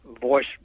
voice